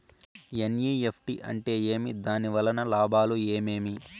NEFT అంటే ఏమి? దాని వలన లాభాలు ఏమేమి